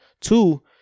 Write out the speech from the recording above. Two